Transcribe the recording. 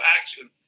action